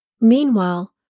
Meanwhile